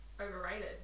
overrated